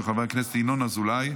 של חבר הכנסת ינון אזולאי.